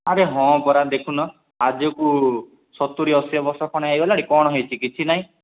ଆରେ ହଁ ପରା ଦେଖୁନ ଆଜିକୁ ସତୁରି ଅଶୀ ବର୍ଷ ଖଣ୍ଡେ ହୋଇଗଲାଣି କ'ଣ ହୋଇଛି କିଛି ନାଇଁ